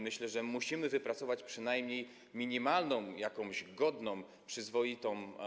Myślę, że musimy wypracować przynajmniej jakąś minimalną stawkę, godną, przyzwoitą.